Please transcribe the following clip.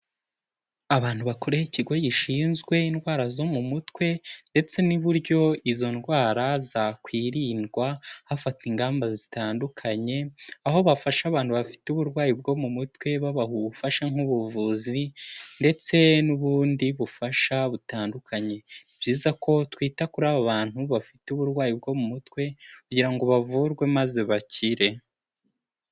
Abantu bakore ikigo gishinzwe indwara zo mu mutwe, ndetse n'uburyo izo ndwara zakwirindwa, hafatwa ingamba zitandukanye, aho bafasha abantu bafite uburwayi bwo mu mutwe, babaha ubufasha nk'ubuvuzi ndetse n'ubundi bufasha butandukanye, ni byiza ko twita kuri aba bantu bafite uburwayi bwo mu mutwe, kugira ngo bavurwe maze bakire.